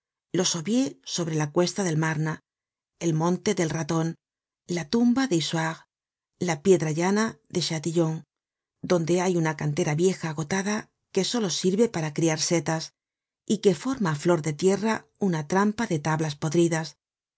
los aubiers sobre la cuesta del marne el monte del raton la tumba de isoire la piedra llana de chatillon donde hay una cantera vieja agitada que solo sirve para criar setas y que forma á flor de tierra una trampa de tablas podridas